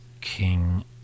King